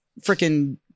Freaking